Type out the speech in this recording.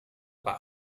pak